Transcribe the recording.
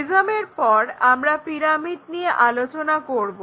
প্রিজমের পর আমরা পিরামিড নিয়ে আলোচনা করব